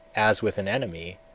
as with an enemy,